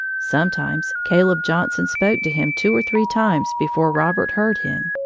sometimes caleb johnson spoke to him two or three times before robert heard him.